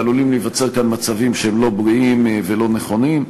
ועלולים להיווצר כאן מצבים שהם לא בריאים ולא נכונים,